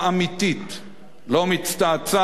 לא מצטעצעת ולא מתחסדת.